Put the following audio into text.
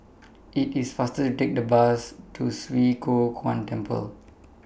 IT IS faster to Take The Bus to Swee Kow Kuan Temple